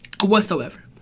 Whatsoever